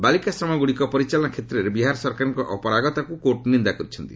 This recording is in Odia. ବାଳିକାଶ୍ରମଗୁଡ଼ିକ ପରିଚାଳନା କ୍ଷେତ୍ରରେ ବିହାର ସରକାରଙ୍କ ଅପାରଗତାକୁ କୋର୍ଟ ନିନ୍ଦା କରିଛନ୍ତି